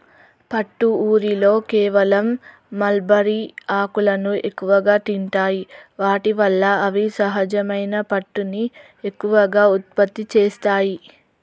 పట్టు ఊరిలో కేవలం మల్బరీ ఆకులను ఎక్కువగా తింటాయి వాటి వల్ల అవి సహజమైన పట్టుని ఎక్కువగా ఉత్పత్తి చేస్తాయి